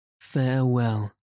Farewell